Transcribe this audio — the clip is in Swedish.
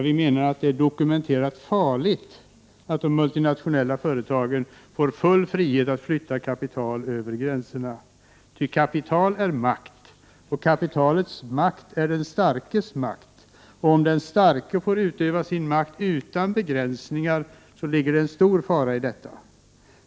Vi menar att det är dokumenterat farligt att de multinationella företagen får full frihet att flytta kapital över gränserna. Ty kapital är makt, och kapitalets makt är den starkes makt. Om den starke får utöva sin makt utan begränsningar ligger det en stor fara i detta.